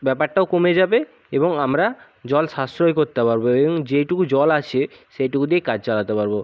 ব্যাপারটাও কমে যাবে এবং আমরা জল সাশ্রয় করতে পারবো এবং যেইটুকু জল আছে সেইটুকু দিয়ে কাজ চালাতে পারবো